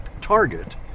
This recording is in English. target